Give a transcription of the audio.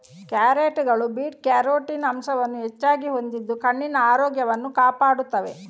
ಕ್ಯಾರೆಟುಗಳು beta carotene ಅಂಶವನ್ನು ಹೆಚ್ಚಾಗಿ ಹೊಂದಿದ್ದು ಕಣ್ಣಿನ ಆರೋಗ್ಯವನ್ನು ಕಾಪಾಡುತ್ತವೆ